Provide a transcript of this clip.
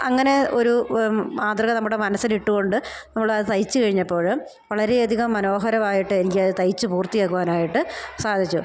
അങ്ങനെ ഒരു മാതൃക നമ്മുടെ മനസ്സിലിട്ടുകൊണ്ട് നമ്മളത് തയ്ച്ചു കഴിഞ്ഞപ്പോഴും വളരെയധികം മനോഹരമായിട്ട് എനിക്കത് തയ്ച്ചു പൂർത്തിയാക്കുവാനായിട്ട് സാധിച്ചു